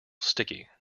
sticky